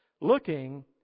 looking